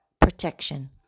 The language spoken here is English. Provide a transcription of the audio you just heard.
protection